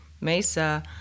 Mesa